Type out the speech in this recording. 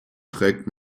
trägt